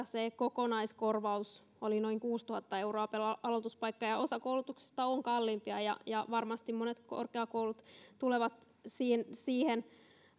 se kokonaiskorvaus oli noin kuusituhatta euroa per aloituspaikka ja osa koulutuksesta on kalliimpaa ja varmasti monet korkeakoulut tulevat siihen